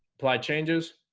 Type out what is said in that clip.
apply changes